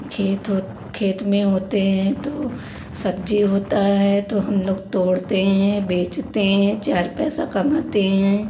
खेत ओत खेत में होते हैं तो सब्जी होता है तो हम लोग तोड़ते हैं बेचते हैं चार पैसा कमाते हैं